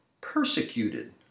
Persecuted